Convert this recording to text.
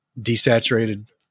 desaturated